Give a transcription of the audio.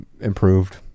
improved